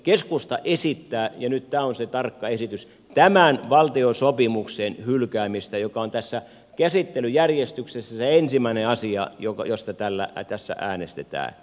keskusta esittää ja nyt tämä on se tarkka esitys tämän valtiosopimuksen hylkäämistä joka on tässä käsittelyjärjestyksessä se ensimmäinen asia josta tässä äänestetään